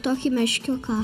tokį meškiuką